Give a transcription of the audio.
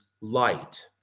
light